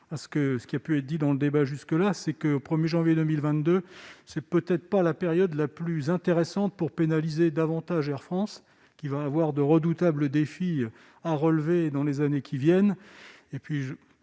ce qui a pu être dit dans le débat, jusque là, c'est que, au 1er janvier 2022, c'est peut-être pas la période la plus intéressante pour pénaliser davantage Air France qui va avoir de redoutables défis à relever dans les années qui viennent,